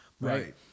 Right